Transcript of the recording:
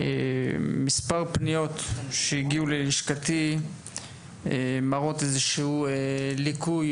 מספר פניות שהגיעו ללשכתי מראות איזשהו ליקוי,